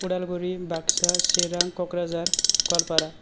Udalguri Baksa Chirang Kokrajhar Goalpara